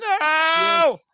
no